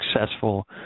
successful